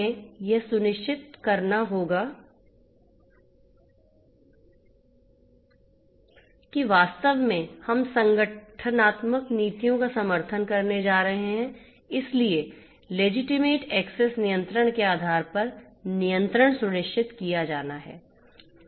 हमें यह सुनिश्चित करना होगा कि वास्तव में हम संगठनात्मक नीतियों का समर्थन करने जा रहे हैं इसलिए लेजीटिमेट एक्सेस नियंत्रण के आधार पर नियंत्रण सुनिश्चित किया जाना है